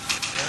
תודה,